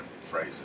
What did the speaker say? phrase